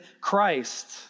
Christ